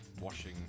washing